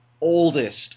oldest